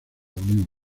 unión